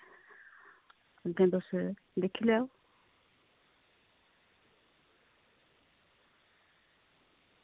ते अग्गें तुस दिक्खी लैओ